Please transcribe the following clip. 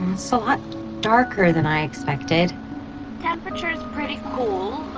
and so lot darker than i expected temperature is pretty cool. ah,